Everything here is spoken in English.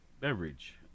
beverage